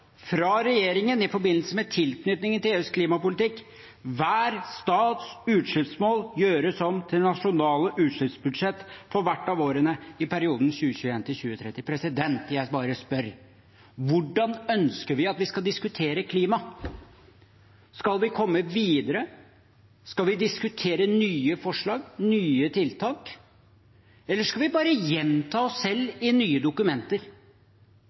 fra regjeringens side, i forbindelse med tilknytningen til EUs klimapolitikk: «Hver stats utslippsmål gjøres om til nasjonalt utslippsbudsjett for hvert av årene i perioden 2021–2030». Jeg bare spør: Hvordan ønsker vi at vi skal diskutere klima? Skal vi komme videre? Skal vi diskutere nye forslag, nye tiltak? Eller skal vi bare gjenta oss selv i nye dokumenter?